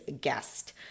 guest